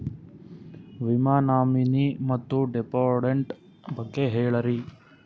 ವಿಮಾ ನಾಮಿನಿ ಮತ್ತು ಡಿಪೆಂಡಂಟ ಬಗ್ಗೆ ಹೇಳರಿ?